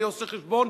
אני עושה חשבון,